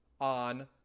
on